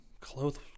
clothes